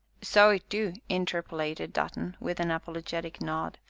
so it du, interpolated dutton, with an apologetic nod,